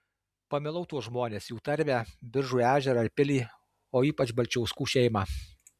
pamilau tuos žmones jų tarmę biržų ežerą ir pilį o ypač balčiauskų šeimą